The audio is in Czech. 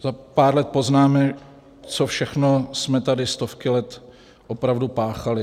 Za pár let poznáme, co všechno jsme tady stovky let opravdu páchali.